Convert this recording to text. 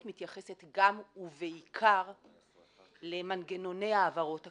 מתייחסת בעיקר למנגנוני העברות הכספים,